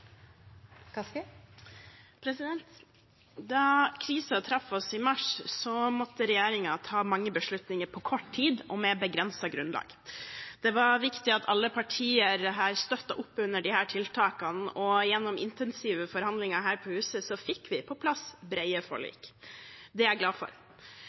Da krisen traff oss i mars, måtte regjeringen ta mange beslutninger på kort tid og på begrenset grunnlag. Det var viktig at alle partier her støttet opp under disse tiltakene, og gjennom intensive forhandlinger her på huset fikk vi på plass brede forlik. Det er jeg glad for.